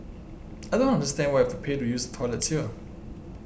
I don't understand why we have to pay to use the toilets here